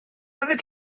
fyddet